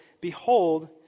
Behold